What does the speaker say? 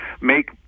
make